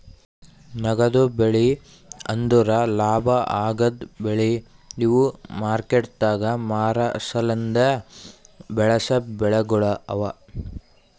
ನಗದು ಬೆಳಿ ಅಂದುರ್ ಲಾಭ ಆಗದ್ ಬೆಳಿ ಇವು ಮಾರ್ಕೆಟದಾಗ್ ಮಾರ ಸಲೆಂದ್ ಬೆಳಸಾ ಬೆಳಿಗೊಳ್ ಅವಾ